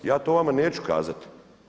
Ja to vama neću kazati.